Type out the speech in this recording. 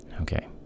Okay